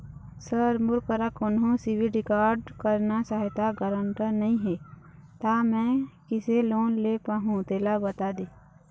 sir मोर करा कोन्हो सिविल रिकॉर्ड करना सहायता गारंटर नई हे ता मे किसे लोन ले पाहुं तेला बता दे